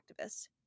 activists